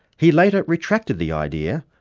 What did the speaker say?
he later retracted the idea,